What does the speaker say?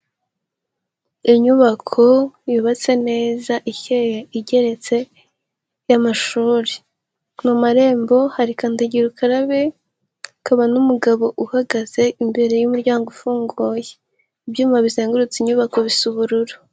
Inyubako yubatse neza icyeye igeretse y'amashuri, mu marembo hari kandagira ukarabe, hakaba n'umugabo uhagaze imbere y'umuryango ufunguye, ibyuma bizengurutse inyubako bisa ubururu.